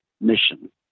mission